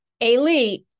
elite